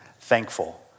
thankful